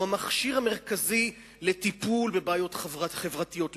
הוא המכשיר המרכזי לטיפול בבעיות חברתיות,